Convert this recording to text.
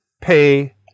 pay